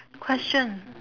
question